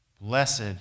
Blessed